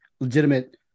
legitimate